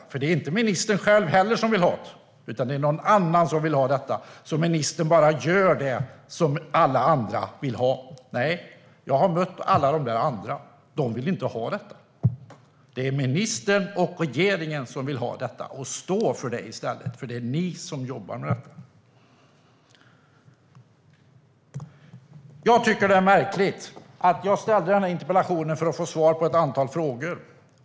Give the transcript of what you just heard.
Det är heller inte ministern själv som vill ha det, utan det är någon annan som vill ha detta; ministern bara gör det som alla andra vill. Jag har mött alla de där andra, och nej, de vill inte ha detta. Det är ministern och regeringen som vill ha det. Stå för det i stället, för det är ni som jobbar med det! Jag tycker att det är märkligt. Jag ställde den här interpellationen för att få svar på ett antal frågor.